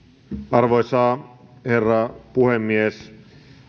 arvoisa herra puhemies